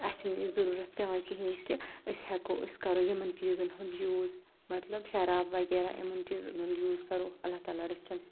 اَسہِ چھنہٕ یہِ ضروٗرتھ پٮ۪وان کِہیٖنۍ کہِ أسۍ ہٮ۪کَو أسۍ کرو یِمن چیٖزن ہُنٛد یوٗز مطلب شراب وغیرہ یِمن چیٖزن ہُنٛد یوٗز کرو اللہ تعالیٰ رٔچھِنۍ